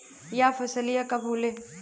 यह फसलिया कब होले?